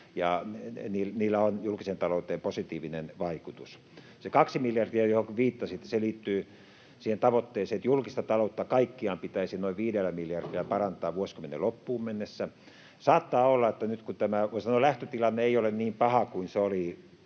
ja niillä on julkiseen talouteen positiivinen vaikutus. Se 2 miljardia, johonka viittasitte, liittyy siihen tavoitteeseen, että julkista taloutta kaikkiaan pitäisi noin 5 miljardilla parantaa vuosikymmenen loppuun mennessä. Saattaa olla, että nyt kun voi sanoa, että lähtötilanne ei ole niin paha kuin se oli